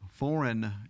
foreign